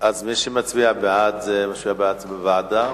אז מי שמצביע בעד זה בעד ועדה,